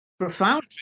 Profound